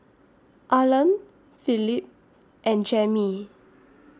Arlan Philip and Jammie